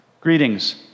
Greetings